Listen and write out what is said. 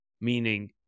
meaning